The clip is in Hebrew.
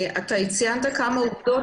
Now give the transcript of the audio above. אתה ציינת כמה עובדות.